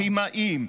כימאים,